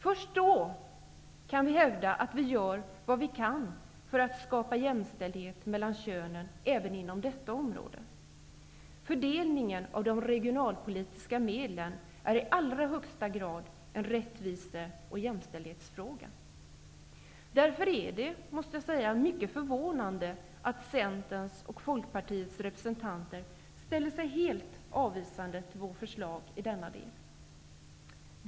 Först då kan vi hävda att vi gör vad vi kan för att skapa jämställdhet mellan könen även inom detta område. Fördelningen av de regionalpolitiska medlen är i allra högsta grad en rättvise och jämställdhetsfråga. Därför är det mycket förvånande att Centerns och Folkpartiets representanter ställer sig helt avvisande till vårt förslag i denna del.